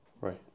Right